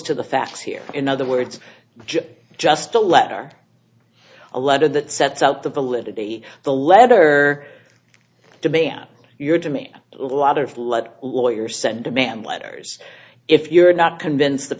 to the facts here in other words just a letter a letter that sets out the validity of the letter demand you're to me a lot of lead lawyer said demand letters if you're not convinced th